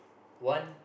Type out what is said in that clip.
one